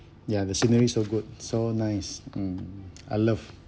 ya the scenery so good so nice mm I love